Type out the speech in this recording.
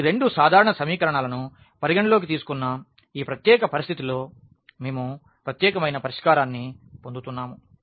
ఈ రెండు సాధారణ సమీకరణాలను పరిగణనలోకి తీసుకున్న ఈ ప్రత్యేక పరిస్థితుల్లో మేము ప్రత్యేకమైన పరిష్కారాన్ని పొందుతున్నాము